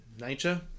nature